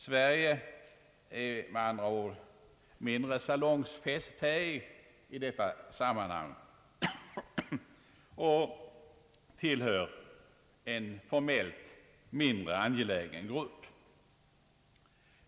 Sverige är med andra ord mindre salongsfähig i detta sammanhang och tillhör en formellt mindre angelägen grupp.